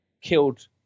killed